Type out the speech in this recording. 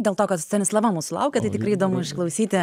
dėl to kad stanislava mūsų laukia tai tikrai įdomu išklausyti